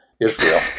Israel